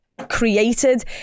created